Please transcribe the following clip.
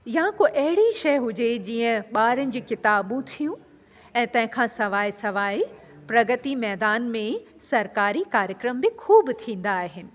या को अहिड़ी शइ हुजे जीअं ॿारनि जी किताबूं थियूं ऐं तंहिंखां सवाइ सवाइ प्रगति मैदान में सरकारी कार्यक्रम बि ख़ूब थींदा आहिनि